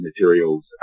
materials